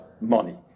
money